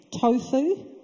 Tofu